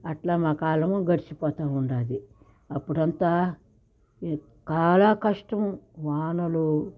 అట్ల మా కాలము గడిచిపోతూ ఉంది అప్పుడంతా చాలా కష్టము వానలూ